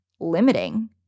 limiting